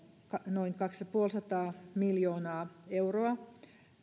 noin kaksi ja puolisataa miljoonaa euroa